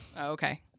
Okay